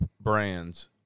brands